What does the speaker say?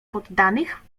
poddanych